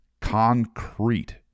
concrete